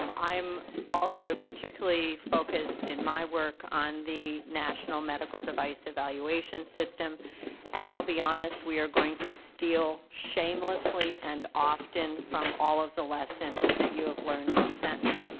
um i'm also particularly focused in my work on the national medical device evaluation system and i'll be honest we are going to steal shamelessly and often from all of us the lessons that you have learned with sentinel.